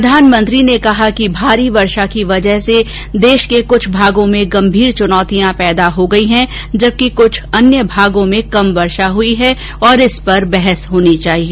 प्रधानमंत्री ने कहा कि भारी वर्षा की वजह से देश के कुछ भागों में गंभीर चुनौतियां पैदा हो गई हैं जबकि कुछ अन्य भागों में कम वर्षा हई है और इस पर बहस होनी चाहिए